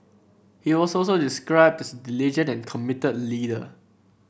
he was also described this diligent and committed leader